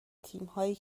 تیمهایی